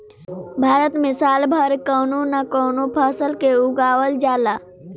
भारत में साल भर कवनो न कवनो फसल के उगावल जाला